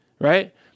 right